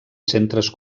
centres